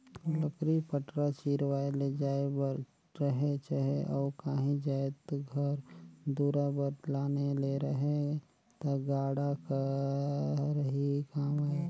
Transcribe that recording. लकरी पटरा चिरवाए ले जाए बर रहें चहे अउ काही जाएत घर दुरा बर लाने ले रहे ता गाड़ा हर ही काम आए